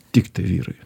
tiktai vyrai